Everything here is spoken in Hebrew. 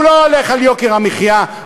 הוא לא הולך על יוקר המחיה,